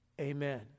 Amen